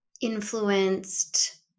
influenced